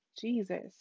Jesus